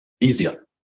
easier